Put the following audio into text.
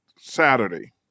Saturday